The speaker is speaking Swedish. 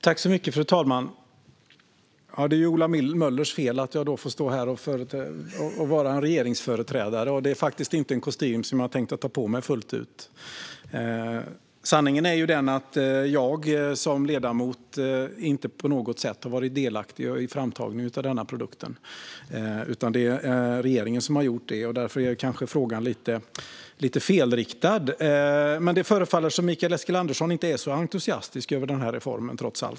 Fru talman! Det är alltså Ola Möllers fel att jag får stå här och vara regeringsföreträdare. Det är faktiskt inte en kostym som jag tänkte ta på mig fullt ut. Sanningen är den att jag som ledamot inte på något sätt har varit delaktig i framtagandet av denna produkt, utan det är regeringen som har tagit fram den. Därför är frågan kanske lite felriktad. Men det förefaller som att Mikael Eskilandersson trots allt inte är så entusiastisk över denna reform.